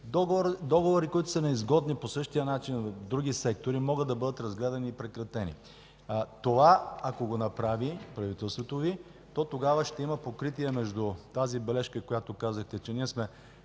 Договори, които са неизгодни по същия начин в други сектори, могат да бъдат разгледани и прекратени. Ако направи това правителството Ви, то тогава ще има покритие между тази бележка, която казахте – че ние сме